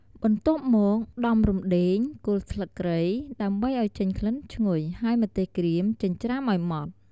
បន្ទាប់មក ដំរំដេង គល់ស្លឹកគ្រៃ ដើម្បីឲ្យចេញក្លិនឈ្ងុយ ហើយម្ទេសក្រៀមចិញ្រ្ចាំឲ្យម៉ត់។